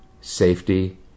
safety